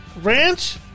Ranch